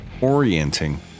orienting